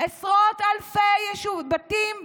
עשרות אלפי בתים,